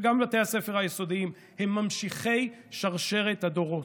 וגם בתי הספר היסודיים, הם ממשיכי שרשרת הדורות.